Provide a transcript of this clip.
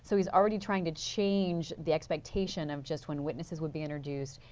so he is already trying to change the expectation of just when witnesses would be introduced.